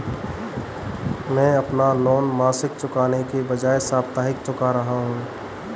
मैं अपना लोन मासिक चुकाने के बजाए साप्ताहिक चुका रहा हूँ